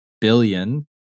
billion